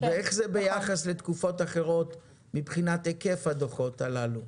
איך זה ביחס לתקופות אחרות מבחינת היקף הדוחות הללו?